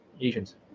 Asians